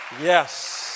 yes